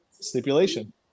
Stipulation